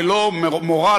ללא מורא,